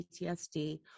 PTSD